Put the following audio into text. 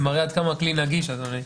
זה מראה עד כמה הכלי נגיש, אדוני.